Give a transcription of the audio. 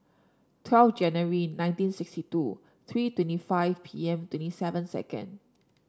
twelve January nineteen sixty two three twenty five P M twenty seven second